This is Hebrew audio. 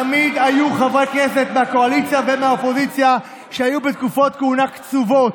תמיד היו חברי כנסת מהקואליציה ומהאופוזיציה שהיו בתקופות כהונה קצובות.